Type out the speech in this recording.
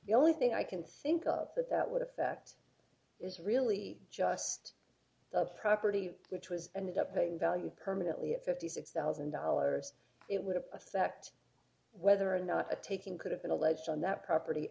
the only thing i can think of that that would affect is really just the property which was ended up being valued permanently at fifty six thousand dollars it would have a set whether or not a taking could have been alleged on that property